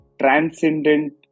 transcendent